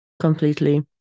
completely